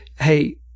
hey